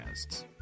podcasts